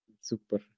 Super